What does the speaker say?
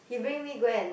he bring me go and